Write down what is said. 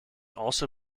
also